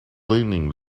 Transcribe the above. leaning